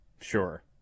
Sure